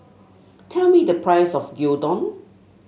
tell me the price of Gyudon